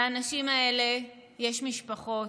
לאנשים האלה יש משפחות,